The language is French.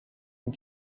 une